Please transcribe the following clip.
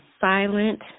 silent